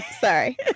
sorry